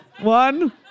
One